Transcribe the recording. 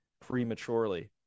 prematurely